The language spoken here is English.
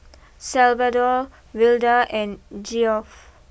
Salvador Wilda and Geoff